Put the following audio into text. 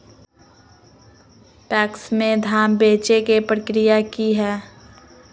PACS में धाम बेचे के प्रक्रिया की हय?